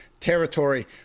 Territory